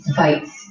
fights